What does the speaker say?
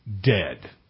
dead